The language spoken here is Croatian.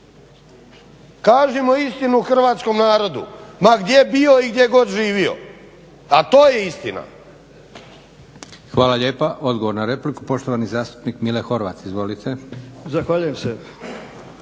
Kažimo istinu hrvatskom narodu ma gdje bio i gdje god živio, a to je istina. **Leko, Josip (SDP)** Hvala lijepa. Odgovor na repliku, poštovani zastupnik Mile Horvat. Izvolite. **Horvat, Mile